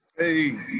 Hey